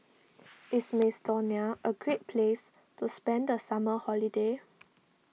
is Macedonia a great place to spend the summer holiday